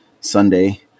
Sunday